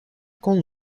con